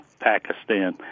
Pakistan